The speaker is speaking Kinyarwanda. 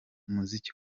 umuziki